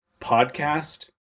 podcast